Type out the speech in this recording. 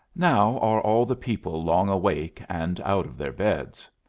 now are all the people long awake and out of their beds.